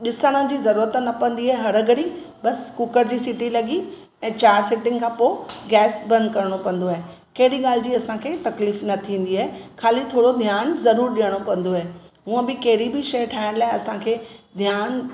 डिसणु जी ज़रूरत न पंवंदी आहे हर घड़ी बस कुकर जी सीटी लॻी ऐं चार सीटियुनि खां पोइ गैस बंदि करिणो पवंदो आहे कहिड़ी ॻाल्हि जी असांखे तकलीफ़ु न थींदी आहे ख़ाली थोरो ध्यानु ज़रूरु ॾियणो पंवदो आहे ऐं ॿी कहिड़ी बि शइ ठाहिणु लाइ असांखे ध्यानु